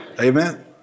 Amen